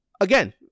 Again